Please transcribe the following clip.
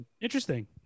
interesting